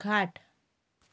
खाट